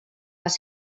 les